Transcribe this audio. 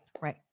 right